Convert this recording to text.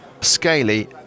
Scaly